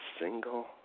single